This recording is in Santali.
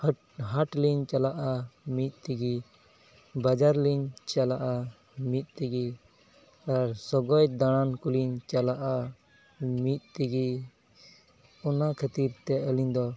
ᱦᱟᱴ ᱦᱟᱴ ᱞᱤᱧ ᱪᱟᱞᱟᱜᱼᱟ ᱢᱤᱫ ᱛᱮᱜᱮ ᱵᱟᱡᱟᱨ ᱞᱤᱧ ᱪᱟᱞᱟᱜᱼᱟ ᱢᱤᱫ ᱛᱮᱜᱮ ᱟᱨ ᱥᱚᱜᱚᱭ ᱫᱟᱲᱟᱱ ᱠᱚᱞᱤᱧ ᱪᱟᱞᱟᱜᱼᱟ ᱢᱤᱫ ᱛᱮᱜᱮ ᱚᱱᱟ ᱠᱷᱟᱹᱛᱤᱨᱛᱮ ᱟᱹᱞᱤᱧ ᱫᱚ